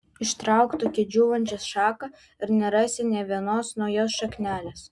išrauk tokią džiūvančią šaką ir nerasi nė vienos naujos šaknelės